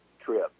trip